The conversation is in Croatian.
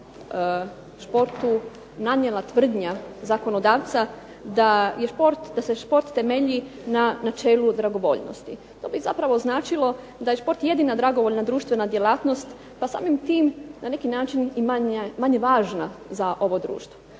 športu nanijela tvrdnja zakonodavca da se šport temelji na načelu dragovoljnosti. To bi zapravo značilo da je šport jedina dragovoljna društvena djelatnost, pa samim tim na neki način i manje važna za ovo društvo.